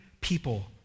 people